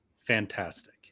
fantastic